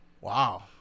Wow